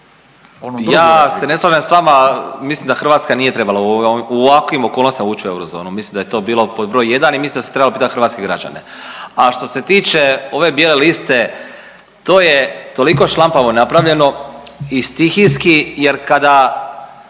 Ja se ne slažem s vama, mislim da Hrvatska nije trebala u ovakvim okolnostima ući u eurozonu, mislim da je to bilo pod br. 1 i mislim da se trebalo pitati hrvatske građane, a što se tiče ove bijele liste, to je toliko šlampavo napravljeno i stihijski jer kada